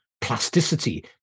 plasticity